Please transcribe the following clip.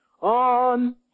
on